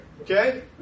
Okay